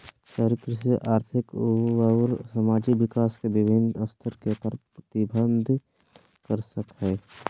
शहरी कृषि आर्थिक अउर सामाजिक विकास के विविन्न स्तर के प्रतिविंबित कर सक हई